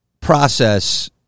process